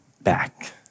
back